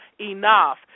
enough